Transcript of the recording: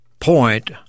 point